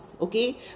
okay